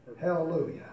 Hallelujah